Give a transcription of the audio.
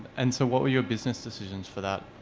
and so what were your business decisions for that?